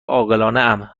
عاقلانهام